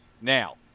Now